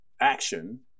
action